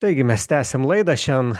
taigi mes tęsiam laidą šiandien